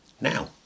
Now